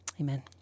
Amen